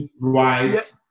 right